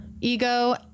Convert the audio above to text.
ego